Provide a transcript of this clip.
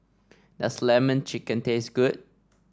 does lemon chicken taste good